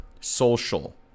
social